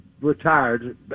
retired